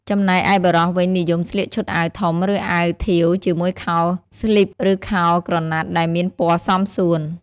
ចំណែកឯបុរសវិញ និយមស្លៀកឈុតអាវធំ ឬអាវធាវជាមួយខោស្លីប ឬខោក្រណាត់ ដែលមានពណ៌សមសួន។